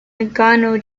nagano